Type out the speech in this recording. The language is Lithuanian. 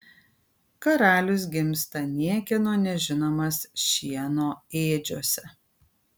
karalius gimsta niekieno nežinomas šieno ėdžiose